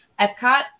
Epcot